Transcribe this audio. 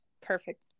Perfect